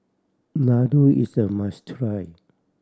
laddu is a must try